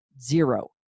Zero